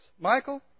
Michael